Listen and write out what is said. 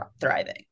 thriving